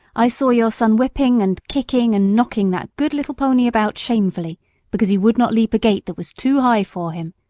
i saw your son whipping, and kicking, and knocking that good little pony about shamefully because he would not leap a gate that was too high for him.